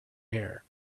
air